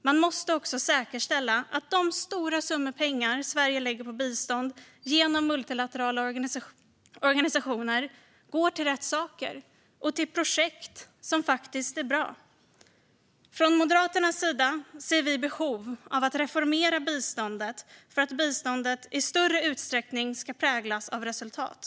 Man måste också säkerställa att de stora summor pengar som Sverige lägger på bistånd genom multilaterala organisationer går till rätt saker och till projekt som faktiskt är bra. Moderaterna ser ett behov av att reformera biståndet för att det i större utsträckning ska präglas av resultat.